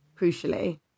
crucially